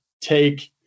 take